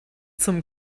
zum